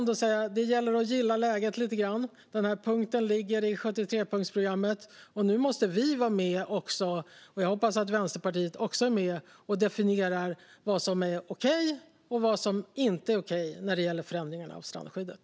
Det gäller att gilla läget lite grann. Den här punkten finns i 73-punktsprogrammet, och nu måste vi vara med också. Jag hoppas att Vänsterpartiet också är med och definierar vad som är okej och vad som inte är okej när det gäller förändringar av strandskyddet.